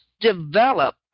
develop